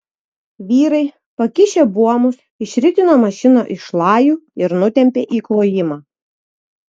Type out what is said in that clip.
vyrai pakišę buomus išritino mašiną iš šlajų ir nutempė į klojimą